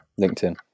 LinkedIn